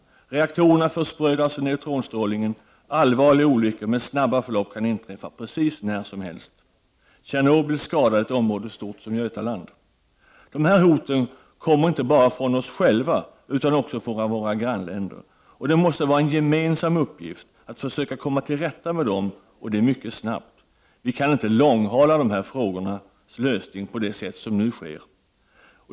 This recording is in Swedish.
Reaktorerna försprödas av neutronstrålningen. Allvarliga olyckor med snabba förlopp kan inträffa precis när som helst. Olyckan i Tjernobyl skadade ett område stort som Götaland. Dessa hot kommer inte bara från oss själva utan också från våra grannländer. Det måste vara en gemensam uppgift att försöka komma till rätta med dem, och det mycket snabbt. Vi kan inte långhala dessa frågors lösning på det sätt som nu sker.